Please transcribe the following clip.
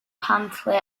pantle